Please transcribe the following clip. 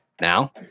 Now